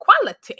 quality